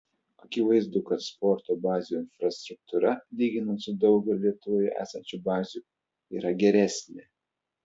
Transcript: akivaizdu kad sporto bazių infrastruktūra lyginant su daugeliu lietuvoje esančių bazių yra geresnė